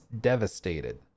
devastated